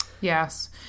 Yes